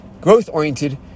growth-oriented